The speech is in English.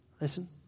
Listen